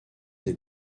des